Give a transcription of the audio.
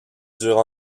dure